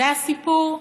זה הסיפור?